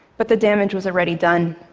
but the damage was already done.